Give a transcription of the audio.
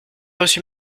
reçu